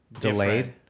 Delayed